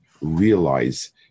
realize